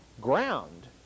Ground